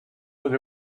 that